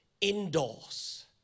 indoors